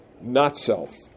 not-self